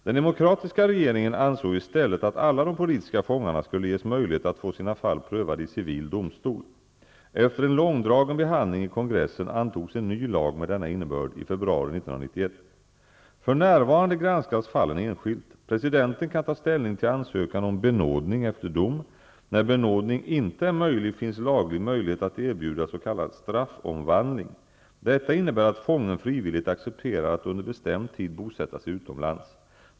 Den demokratiska regeringen ansåg i stället att alla de politiska fångarna skulle ges möjlighet att få sina fall prövade i civil domstol. Efter en långdragen behandling i kongressen antogs en ny lag med denna innebörd i februari 1991. För närvarande granskas fallen enskilt. Presidenten kan ta ställning till ansökan om benådning efter dom. När benådning inte är möjlig finns laglig möjlighet att erbjuda s.k. straffomvandling. Detta innebär att fången frivilligt accepterar att under bestämd tid bosätta sig utomlands.